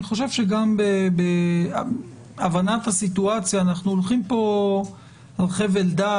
אני חושב שגם בהבנת הסיטואציה אנחנו הולכים פה על חבל דק,